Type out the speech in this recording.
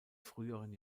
früheren